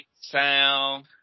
sound